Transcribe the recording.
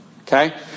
okay